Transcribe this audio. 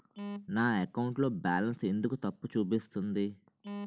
నా అకౌంట్ లో బాలన్స్ ఎందుకు తప్పు చూపిస్తుంది?